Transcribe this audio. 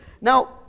Now